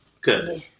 good